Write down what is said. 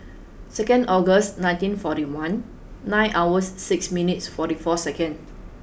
second August nineteen forty one nine hours six minutes forty four second